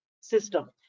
system